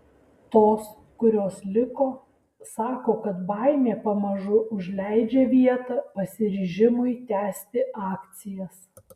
tos kurios liko sako kad baimė pamažu užleidžia vietą pasiryžimui tęsti akcijas